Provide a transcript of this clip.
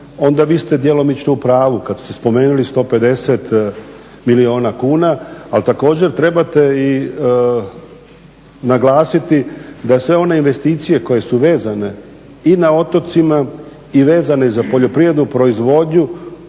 onda vi ste djelomično u pravu kad ste spomenuli 150 milijuna kuna. Ali također trebate i naglasiti da sve one investicije koje su vezane i na otocima i vezane za poljoprivrednu proizvodnju,